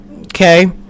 Okay